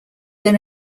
then